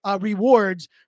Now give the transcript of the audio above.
rewards